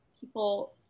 people